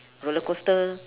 roller coaster